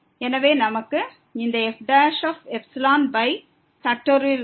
எனவே நமக்கு இந்த f1